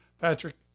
Patrick